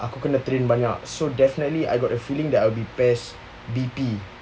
aku kena train banyak so definitely I got a feeling that would be PES B_P